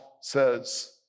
says